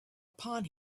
upon